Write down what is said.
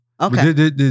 Okay